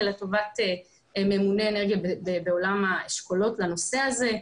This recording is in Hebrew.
לטובת ממונה אנרגיה בעולם האשכולות לנושא הזה.